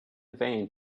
vain